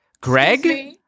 Greg